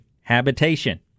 habitation